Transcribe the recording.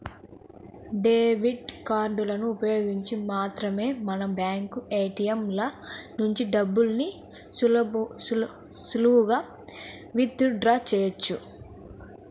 debit కార్డులను ఉపయోగించి మాత్రమే మనం బ్యాంకు ఏ.టీ.యం ల నుంచి డబ్బుల్ని సులువుగా విత్ డ్రా చెయ్యొచ్చు